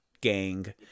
gang